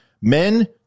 men